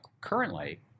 currently